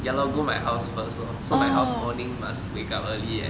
ya lor go my house first lor so my house morning must wake up early eh